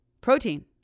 protein